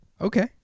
Okay